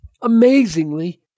amazingly